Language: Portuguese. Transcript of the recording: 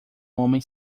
homem